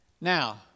Now